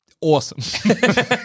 awesome